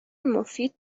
مفید